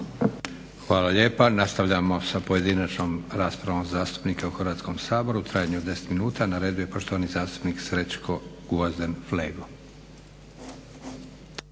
Hvala lijepa. Nastavljamo sa pojedinačnom raspravom zastupnika u Hrvatskom saboru u trajanju od deset minuta. Na redu je poštovani zastupnik Srećko Gvozden Flego.